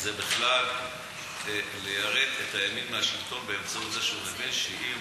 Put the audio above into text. בכלל ליירט את הימין מהשלטון באמצעות זה שהוא מבין שאם